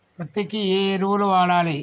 పత్తి కి ఏ ఎరువులు వాడాలి?